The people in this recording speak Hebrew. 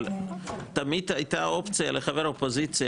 אבל תמיד היתה אופציה לחבר אופוזיציה,